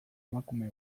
emakume